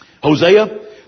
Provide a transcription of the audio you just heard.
Hosea